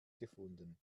gefunden